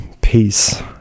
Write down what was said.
peace